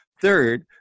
Third